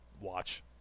watch